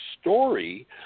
story